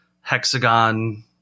hexagon